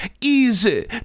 easy